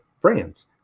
Brands